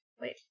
Wait